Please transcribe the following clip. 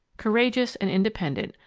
courageous and independent,